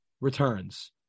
returns